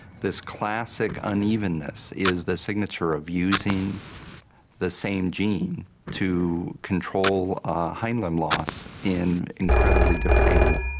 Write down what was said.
this classic unevenness is the signature of using the same gene to control hind-limb-loss in incredibly different animal?